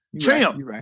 Champ